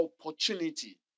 opportunity